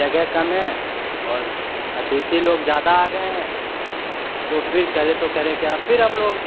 जगह कम है और अतिथि लोग ज़्यादा आ गए हैं तो फ़िर करें तो करें क्या फ़िर हम लोग